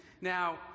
Now